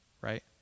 right